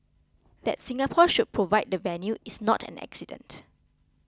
that Singapore should provide the venue is not an accident